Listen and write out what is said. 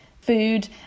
food